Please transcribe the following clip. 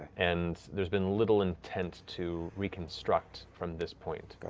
and there's been little intent to reconstruct from this point.